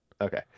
Okay